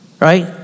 right